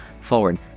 forward